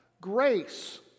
Grace